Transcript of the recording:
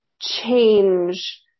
change